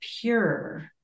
pure